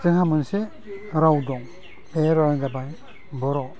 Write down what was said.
जोंहा मोनसे राव दं बे रावआनो जाबाय बर'